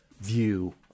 view